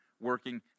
working